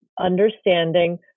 understanding